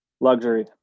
Luxury